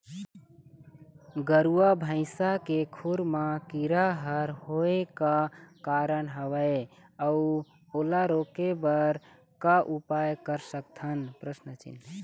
गरवा भैंसा के खुर मा कीरा हर होय का कारण हवए अऊ ओला रोके बर का उपाय कर सकथन?